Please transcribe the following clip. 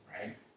right